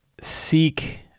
seek